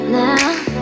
now